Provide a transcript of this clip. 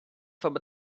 from